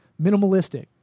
Minimalistic